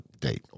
date